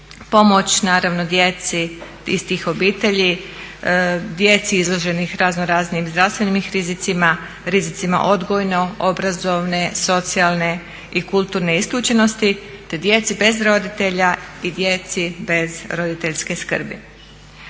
pomoć naravno djeci iz tih obitelji, djeci izloženim raznoraznim zdravstvenim rizicima, rizicima odgojno-obrazovne, socijalne i kulturne isključenosti te djeci bez roditelja i djeci bez roditeljske skrbi.